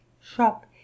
shop